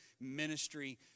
ministry